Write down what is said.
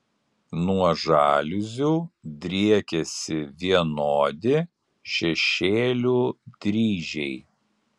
nuo žaliuzių driekiasi vienodi šešėlių dryžiai